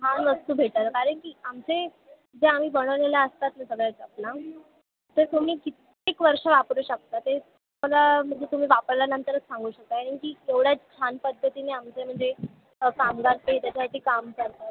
छान वस्तू भेटेल कारण की आमचे जे आम्ही बनवलेले असतात ना सगळ्या चपला ते तुम्ही कित्येक वर्षं वापरू शकता ते तुम्हाला म्हणजे तुम्ही वापरल्यानंतरच सांगू शकाल की केवढं छान पद्धतीने आमचे म्हणजे कामगार ते त्याच्यासाठी काम करतात